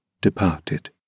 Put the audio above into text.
departed